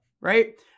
Right